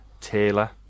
Taylor